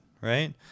right